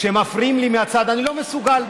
כשמפריעים לי מהצד, אני לא מסוגל.